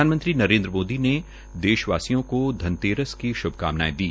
प्रधानमंत्री नरेन्द्र मोदी ने देश वासियों को धनतेरस की श्भकामनाएं दी